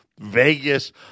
Vegas